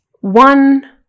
one